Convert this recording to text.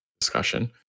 discussion